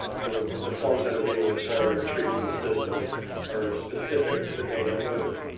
the the forms that are being returned or retrieved from the system are specific to the annual move.